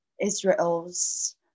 Israel's